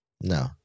No